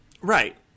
right